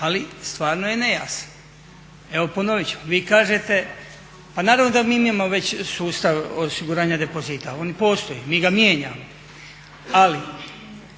Ali stvarno je nejasno, evo ponovit ću, vi kažete pa naravno da mi mijenjamo već sustav osiguranja depozita, on postoji, mi ga mijenjamo ali